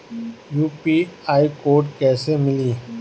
UPI code कैसे मिली?